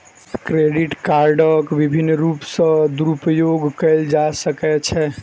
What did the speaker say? credit कार्डक विभिन्न रूप सॅ दुरूपयोग कयल जा सकै छै